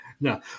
No